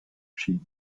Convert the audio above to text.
sheep